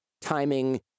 timing